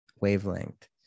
wavelength